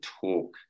talk